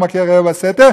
לא "מכה רעהו בסתר",